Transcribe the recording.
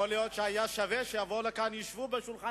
יכול להיות שהיה שווה שיבואו לכאן וישבו בשולחן